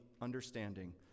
understanding